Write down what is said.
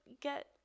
get